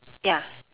ya